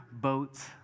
boats